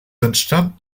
entstand